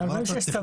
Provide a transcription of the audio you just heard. את ה-46 צבענו.